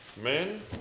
men